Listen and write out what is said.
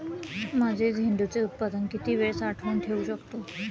माझे झेंडूचे उत्पादन किती वेळ साठवून ठेवू शकतो?